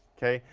okay?